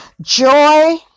Joy